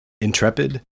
intrepid